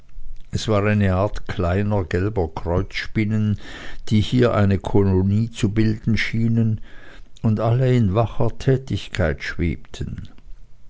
es war eine art kleiner gelber kreuzspinnen die hier eine kolonie zu bilden schienen und alle in wacher tätigkeit schwebten